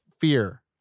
fear